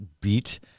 beat